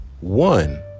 one